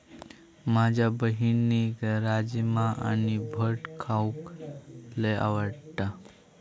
माझ्या बहिणीक राजमा आणि भट खाऊक लय आवडता